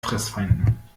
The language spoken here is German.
fressfeinden